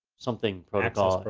something protocol.